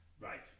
Right